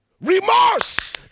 Remorse